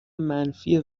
منفی